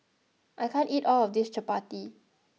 I can't eat all of this Chappati